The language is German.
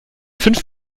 fünf